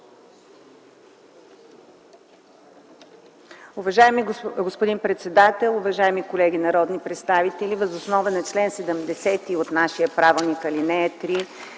Уважаеми господин председател, уважаеми колеги народни представители! Въз основа на чл. 70, ал. 3 от нашия правилник,